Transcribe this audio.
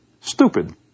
stupid